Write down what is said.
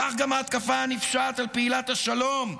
כך גם ההתקפה הנפשעת על פעילת השלום,